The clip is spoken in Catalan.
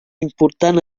important